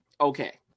Okay